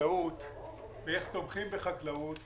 החקלאות ואיך תומכים בחקלאות,